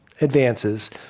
advances